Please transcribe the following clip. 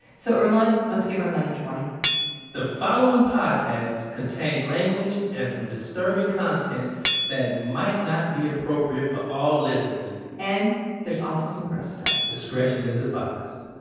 so earlonne, let's give our language warning the following podcast contains language and some disturbing content that might not be appropriate for all listeners and there's also some gross stuff discretion is advised